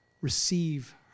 receive